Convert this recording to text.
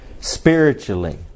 Spiritually